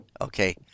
Okay